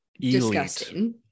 disgusting